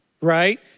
right